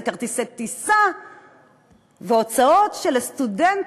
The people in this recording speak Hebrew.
זה כרטיסי טיסה והוצאות שלסטודנט,